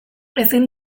ezin